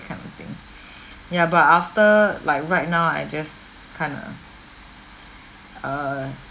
kind of thing ya but after like right now I just kind of err